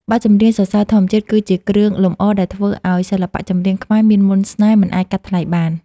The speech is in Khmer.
បទចម្រៀងសរសើរធម្មជាតិគឺជាគ្រឿងលម្អដែលធ្វើឱ្យសិល្បៈចម្រៀងខ្មែរមានមន្តស្នេហ៍មិនអាចកាត់ថ្លៃបាន។